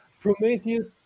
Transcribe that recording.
Prometheus